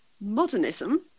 modernism